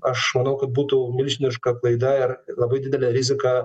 aš manau kad būtų milžiniška klaida ir labai didelė rizika